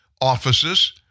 offices